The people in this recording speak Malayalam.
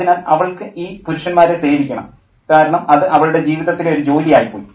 അതിനാൽ അവൾക്ക് ഈ പുരുഷന്മാരെ സേവിക്കണം കാരണം അത് അവളുടെ ജീവിതത്തിലെ ഒരു ജോലി ആയിപ്പോയി